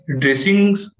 dressings